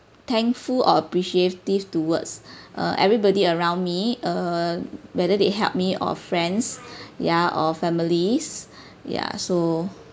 thankful or appreciative towards uh everybody around me uh whether they help me or friends ya or families ya so